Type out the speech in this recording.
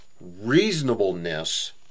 reasonableness